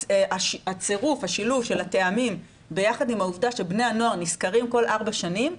והשילוב של הטעמים ביחד עם העובדה שבני הנוער נסקרים כל ארבע שנים,